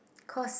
cause